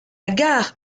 gare